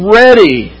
ready